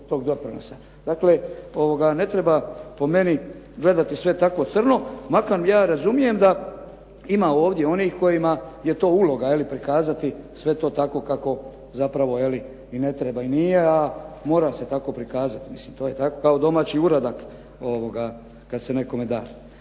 Dakle, ne treba po meni gledati sve tako crno, makar ja razumijem da ima ovdje onih kojima je to uloga prikazati sve to tako kako zapravo i ne treba i nije, a mora se tako prikazati. Mislim, to je tako kao domaći uradak kad se nekome da.